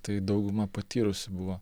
tai dauguma patyrusių buvo